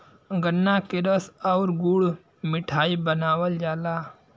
गन्रा से रस आउर गुड़ मिठाई बनावल जाला